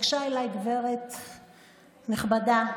ניגשה אליי גברת נכבדה,